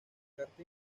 carta